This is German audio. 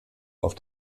auf